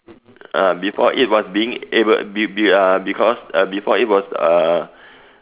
ah before it was being able be be uh because uh before it was uh